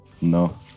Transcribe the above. no